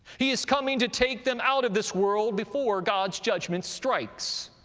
he is coming to take them out of this world before god's judgment strikes.